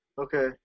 Okay